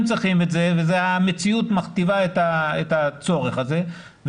צריכים את זה והמציאות מכתיבה את הצורך הזה,